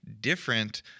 different